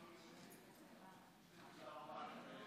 הבוקר.